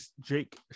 Jake